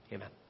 Amen